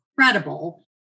incredible